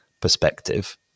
perspective